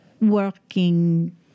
working